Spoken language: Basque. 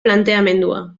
planteamendua